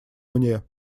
мне